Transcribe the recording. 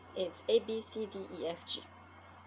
it's A B C D E F G